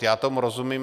Já tomu rozumím.